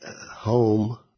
home